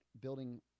building